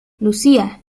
lucía